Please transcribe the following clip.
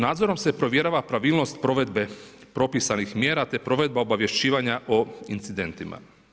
Nadzorom se provjerava pravilnost provedbe propisanih mjera te provedba obavješćivanja o incidentima.